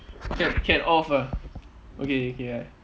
can can off ah okay okay ah